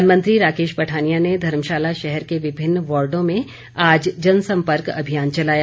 one मंत्री राकेश पठानिया ने धर्मशाला शहर के विभिन्न वार्डों में आज जन संपर्क अभियान चलाया